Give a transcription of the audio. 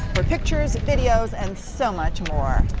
for pictures, videos and so much more.